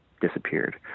disappeared